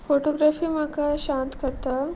photography म्हाका शांत करता